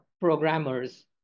programmers